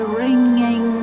ringing